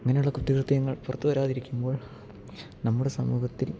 അങ്ങനെയുള്ള കുറ്റകൃത്യങ്ങൾ പുറത്ത് വരാതിരിക്കുമ്പോൾ നമ്മുടെ സമൂഹത്തിൽ